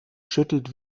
schüttelt